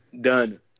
Done